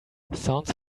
sounds